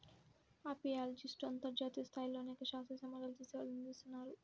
అపియాలజిస్ట్లు అంతర్జాతీయ స్థాయిలో అనేక శాస్త్రీయ సమాజాలచే సేవలందిస్తున్నారు